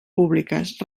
públiques